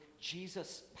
Jesus